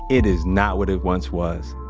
it is not what it once was.